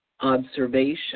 observation